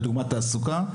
לדוגמה תעסוקה,